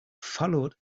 followed